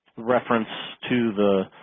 reference to the